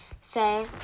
say